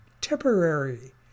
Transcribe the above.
temporary